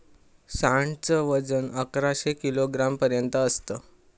सांड च वजन अकराशे किलोग्राम पर्यंत असत